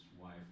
wife